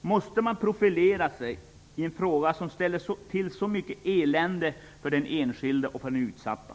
Måste man profilera sig i en fråga som ställer till så mycket elände för den enskilde och för den utsatta?